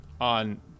on